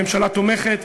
הממשלה תומכת,